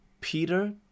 Peter